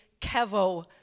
Kevo